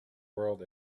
whirled